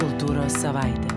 kultūros savaitę